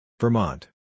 Vermont